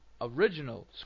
original